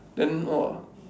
then !wah!